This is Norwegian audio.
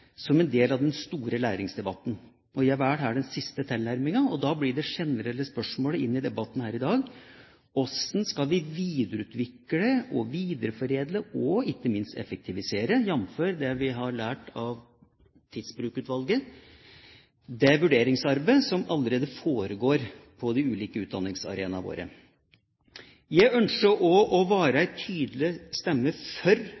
den siste tilnærmingen, og da blir det generelle spørsmålet i debatten her i dag: Hvordan skal vi videreutvikle, videreforedle og ikke minst effektivisere – jf. det vi har lært av Tidsbrukutvalget – det vurderingsarbeidet som allerede foregår på de ulike utdanningsarenaene våre? Jeg ønsker å være en tydelig stemme for